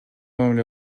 мамиле